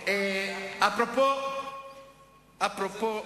זה חד-צדדי.